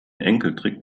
enkeltrick